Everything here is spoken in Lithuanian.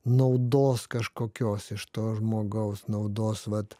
naudos kažkokios iš to žmogaus naudos vat